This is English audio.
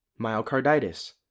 myocarditis